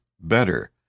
better